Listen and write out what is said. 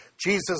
Jesus